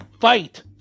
Fight